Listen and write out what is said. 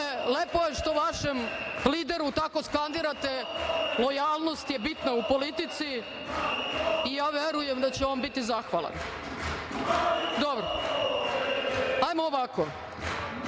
lepo je što vašem lideru tako skandirate, lojalnost je bitna u politici i ja verujem da će on biti zahvalan. Hajmo ovako,